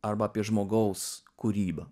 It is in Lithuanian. arba apie žmogaus kūrybą